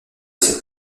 cette